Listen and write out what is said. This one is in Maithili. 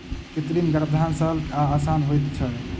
कृत्रिम गर्भाधान सरल आ आसान होइत छै